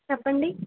చెప్పండి